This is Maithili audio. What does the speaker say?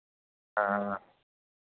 हँ